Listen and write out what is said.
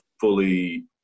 fully –